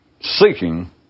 seeking